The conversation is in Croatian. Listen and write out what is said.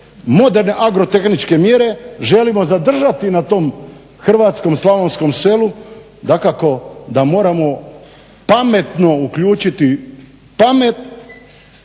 moderne agrotehničke mjere želimo zadržati na tom hrvatskom slavonskom selu dakako da moramo pametno uključiti pamet